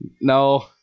No